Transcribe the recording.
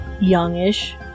youngish